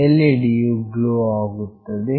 so LED ಯು glow ಆಗುತ್ತದೆ